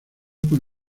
con